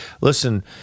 listen